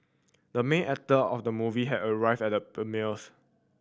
the main actor of the movie has arrived at the premiere